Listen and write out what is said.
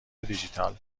دیجیتال